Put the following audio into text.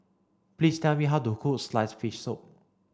please tell me how to cook sliced fish soup